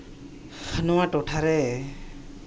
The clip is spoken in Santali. ᱱᱚᱣᱟ ᱴᱚᱴᱷᱟ ᱨᱮ